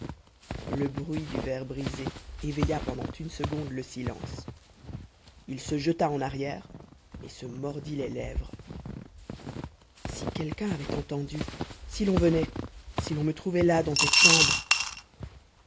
le bruit du verre brisé éveilla pendant une seconde le silence il se rejeta en arrière et se mordit les lèvres si quelqu'un avait entendu si l'on venait si l'on me trouvait là dans cette chambre